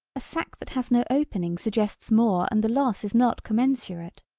a sack that has no opening suggests more and the loss is not commensurate.